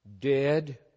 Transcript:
dead